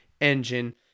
engine